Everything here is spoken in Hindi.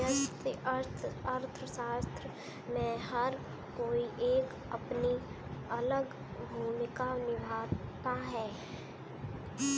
व्यष्टि अर्थशास्त्र में हर कोई एक अपनी अलग भूमिका निभाता है